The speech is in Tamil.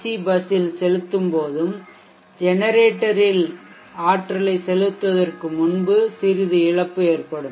சி பஸ்ஸில் செலுத்தும் போதும் ஜெனரேட்டரில் ஆற்றலை செலுத்துவதற்கு முன்பு சிறிது இழப்பு ஏற்படும்